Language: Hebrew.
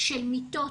של מיטות